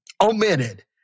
omitted